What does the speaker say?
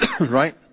Right